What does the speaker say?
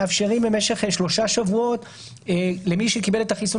מאפשרים במשך שלושה שבועות למי שקיבל את החיסון